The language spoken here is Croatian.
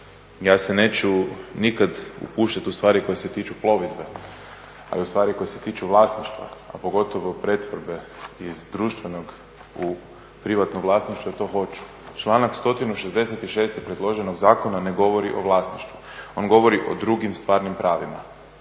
Ja se neću nikada upuštati u stvari koje se tiču plovidbe, ali u stvari koje se tiču vlasništva, a pogotovo pretvorbe iz društvenog u privatno vlasništvo, to hoću. Članak 166. predloženog zakona ne govori o vlasništvu. O govori o drugim stvarnim pravima.